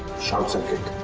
short circuit.